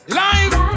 life